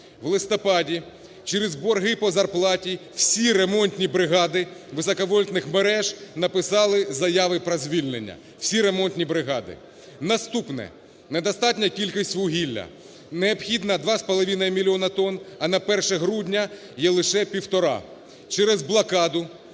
в листопаді через борги по зарплаті всі ремонтні бригади високовольтних мереж написали заяві про звільнення, всі ремонтні бригади. Наступне. Недостатня кількість вугілля. Необхідно 2,5 мільйонів тонн, а на перше грудня є лише півтора. Через блокаду